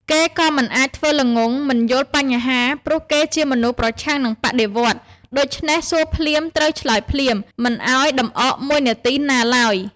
គេក៏មិនអាចធ្វើល្ងង់ មិនយល់បញ្ហា ព្រោះគេជាមនុស្សប្រឆាំងនិងបដិវត្តន៍ ដូច្នេះ សួរភ្លាមត្រូវឆ្លើយភ្លាម មិនឱ្យដំអកមួយនាទីណាឡើយ។